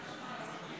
לרשותך שלוש